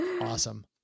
Awesome